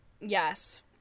yes